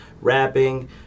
rapping